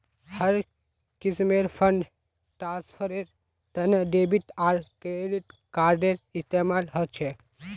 हर किस्मेर फंड ट्रांस्फरेर तने डेबिट आर क्रेडिट कार्डेर इस्तेमाल ह छे